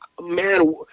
man